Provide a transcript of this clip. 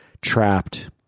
trapped